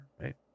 right